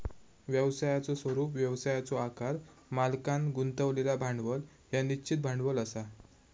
व्यवसायाचो स्वरूप, व्यवसायाचो आकार, मालकांन गुंतवलेला भांडवल ह्या निश्चित भांडवल असा